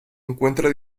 encuentra